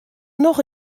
noch